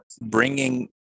bringing